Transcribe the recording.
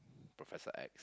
professor X